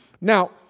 Now